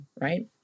right